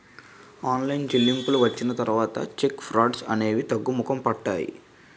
online చెల్లింపులు వచ్చిన తర్వాత చెక్ ఫ్రాడ్స్ అనేవి తగ్గుముఖం పట్టాయి